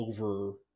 over